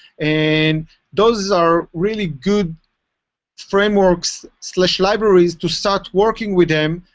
and those are really good frameworks slash libraries to start working with them.